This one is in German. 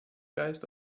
geist